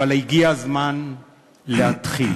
אבל הגיע הזמן להתחיל.